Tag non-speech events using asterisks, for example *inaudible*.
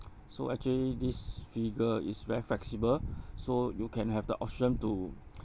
*noise* so actually this figure is very flexible *breath* so you can have the option to *noise*